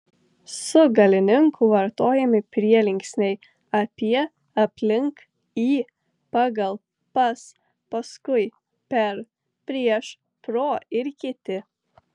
su galininku vartojami prielinksniai apie aplink į pagal pas paskui per prieš pro ir kiti